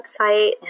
website